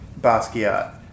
Basquiat